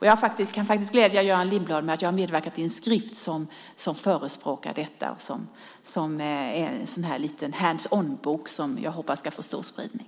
Jag kan glädja Göran Lindblad med att jag har medverkat i en skrift som förespråkar detta. Det är en liten hands-on bok, som jag hoppas ska få stor spridning.